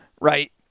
right